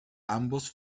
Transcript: ambos